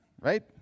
Right